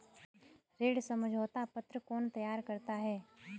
ऋण समझौता पत्र कौन तैयार करता है?